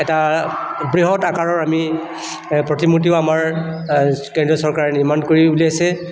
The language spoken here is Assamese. এটা বৃহৎ আকাৰৰ আমি প্ৰতিমূৰ্তিও আমাৰ কেন্দ্ৰীয় চৰকাৰে নিৰ্মাণ কৰি উলিয়াইছে